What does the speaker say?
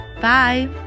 Bye